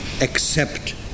accept